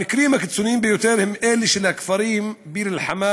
המקרים הקיצוניים ביותר הם אלה של הכפרים ביר-אל-חמאם,